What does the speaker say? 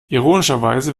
ironischerweise